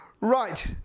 Right